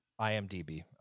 IMDb